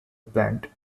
plant